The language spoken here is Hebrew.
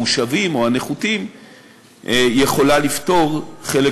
המושבים או הנחותים יכולה לפתור חלק